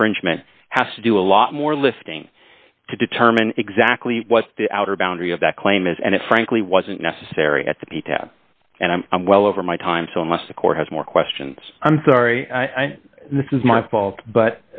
infringement has to do a lot more lifting to determine exactly what the outer boundary of that claim is and it frankly wasn't necessary at the pita and i'm well over my time so unless the court has more questions i'm sorry this is my fault but